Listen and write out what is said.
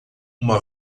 uma